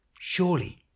Surely